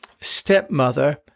stepmother